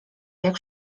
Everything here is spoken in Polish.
jak